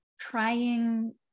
trying